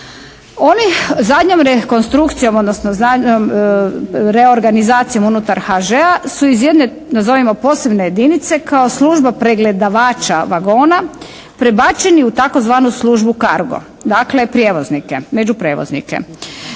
oni zadnjom rekonstrukcijom, odnosno zadnjoj reorganizacijom unutar HŽ-a su iz jedne nazovimo posebne jedinice kao služba pregledavača vagona prebačenu u tzv. službu cargo, dakle prijevoznike,